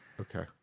Okay